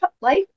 life